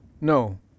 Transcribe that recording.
No